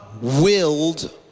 willed